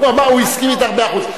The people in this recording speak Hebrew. הוא הסכים במאה אחוז.